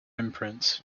imprints